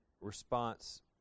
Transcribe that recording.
response